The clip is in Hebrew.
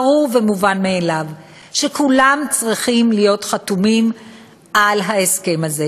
ברור ומובן מאליו שכולם צריכים להיות חתומים על ההסכם הזה.